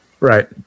Right